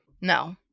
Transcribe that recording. No